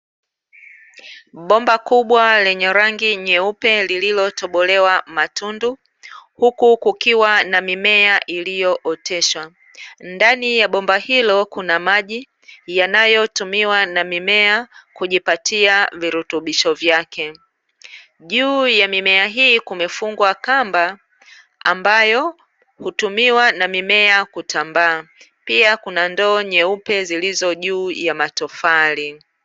Bomba kubwa lenye rangi nyeupe lililotobolewa matundu, huku kukiwa na mimea iliyooteshwa. Ndani ya bomba hilo kuna maji yanayotumiwa na mimea kujipatia virutubisho vyake. Juu ya mimea hii kumefungwa kamba ambayo hutumiwa na mimea kutambaa pia kuna ndoo nyeupe zilizo juu ya matofali.